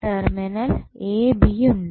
terminal A B ഉണ്ട്